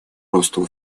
росту